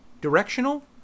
Directional